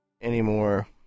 anymore